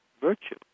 virtue